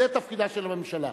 זה תפקידה של הממשלה.